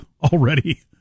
already